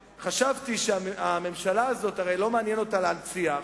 חשבתי שהממשלה הזאת הרי לא מעניין אותה להנציח,